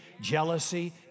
jealousy